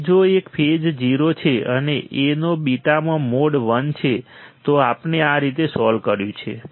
તેથી જો એક ફેઝ 0 છે અને A નો β માં મોડ 1 છે તો આપણે આ રીતે સોલ્વ કર્યું છે